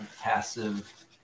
passive